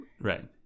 Right